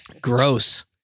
Gross